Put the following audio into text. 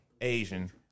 Asian